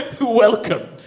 Welcome